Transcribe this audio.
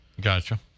Gotcha